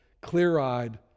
clear-eyed